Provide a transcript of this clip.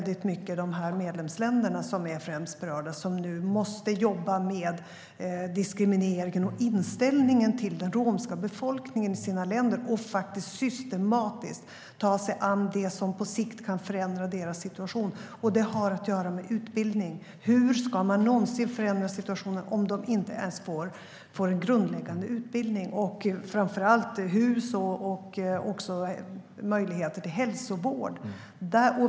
De medlemsländer som främst är berörda måste nu jobba med diskrimineringen och inställningen till den romska befolkningen i sina länder och systematiskt ta sig an det som på sikt kan förändra dess situation. Det har att göra med utbildning. Hur ska man någonsin kunna förändra situationen om människor inte ens får grundläggande utbildning? Framför allt behöver de hus och möjligheter till hälsovård.